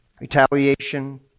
retaliation